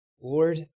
Lord